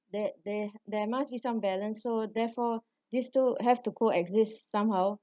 there there there must be some balance so therefore these two have to coexist somehow